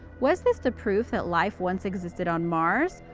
was this the proof that life once existed on mars?